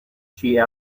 she